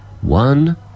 one